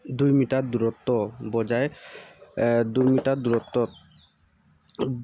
দুই মিটাৰ দূৰত্ব বজাই দুই মিটাৰ দূৰত্বত